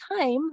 time